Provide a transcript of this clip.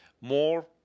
more